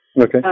Okay